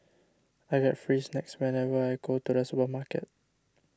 I get free snacks whenever I go to the supermarket